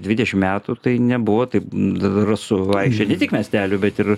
dvidešim metų tai nebuvo taip drąsu vaikščiot ne tik miestelių bet ir